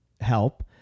help